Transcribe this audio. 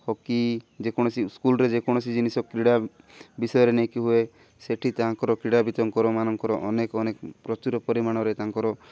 hockey ଯେକୌଣସି ସ୍କୁଲ୍ରେ ଯେକୌଣସି ଜିନିଷ କ୍ରୀଡ଼ା ବିଷୟରେ ନେଇକି ହୁଏ ସେଠି ତାଙ୍କର କ୍ରୀଡ଼ାବିତଙ୍କର ମାନଙ୍କର ଅନେକ ଅନେକ ପ୍ରଚୁର ପରିମାଣରେ ତାଙ୍କର